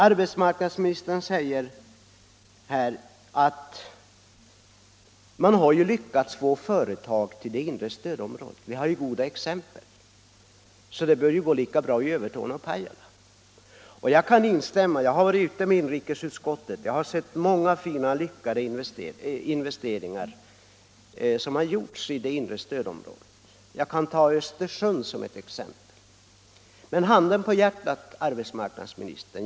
Arbetsmarknadsministern säger här att det finns goda exempel på att man har lyckats få företag till det inre stödområdet och att det därför bör gå bra också i Övertorneå och Pajala. Jag kan instämma, eftersom jag har varit ute och rest med inrikesutskottet och sett många fina exempel på lyckade investeringar i det inre stödområdet, bl.a. i Östersund. Men handen på hjärtat, herr arbetsmarknadsminister!